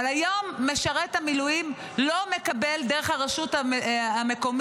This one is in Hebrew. אבל היום משרת המילואים לא מקבל דרך הרשות המקומית